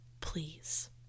Please